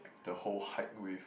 the whole hike with